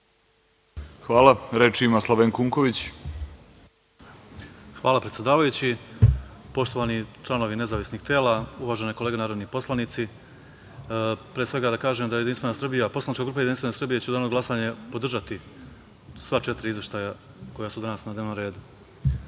Unković. **Slavenko Unković** Hvala predsedavajući, poštovani članovi nezavisnih tela, uvažene kolege narodni poslanici. Pre svega, da kažem da poslanička grupa Jedinstvena Srbija će u danu za glasanje podržati sva četiri izveštaja koja su danas na dnevnom